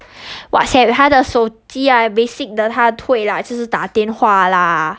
whatsapp 她的手机 right basic 的她会啦就是 like 打电话啦